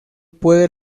puede